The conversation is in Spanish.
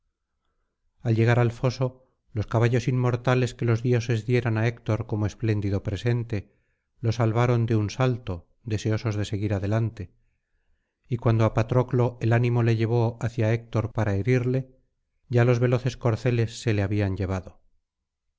al llegar al foso los caballos inmortales que los dioses dieran á héctor como espléndido presente lo salvaron de un salto deseosos de seguir adelante y cuando á patroclo el ánimo le llevó hacia héctor para herirle ya los veloces corceles se le habían llevado